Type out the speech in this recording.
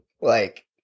Like-